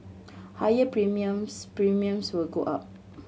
higher premiums Premiums will go up